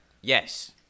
Yes